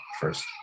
first